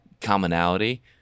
commonality